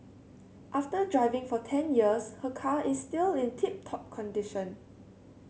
after driving for ten years her car is still in tip top condition